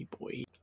boy